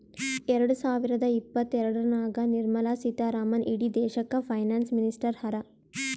ಎರಡ ಸಾವಿರದ ಇಪ್ಪತ್ತಎರಡನಾಗ್ ನಿರ್ಮಲಾ ಸೀತಾರಾಮನ್ ಇಡೀ ದೇಶಕ್ಕ ಫೈನಾನ್ಸ್ ಮಿನಿಸ್ಟರ್ ಹರಾ